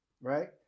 Right